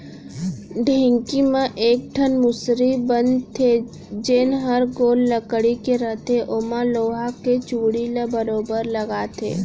ढेंकी म एक ठन मुसरी बन थे जेन हर गोल लकड़ी के रथे ओमा लोहा के चूड़ी ल बरोबर लगाथे